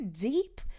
deep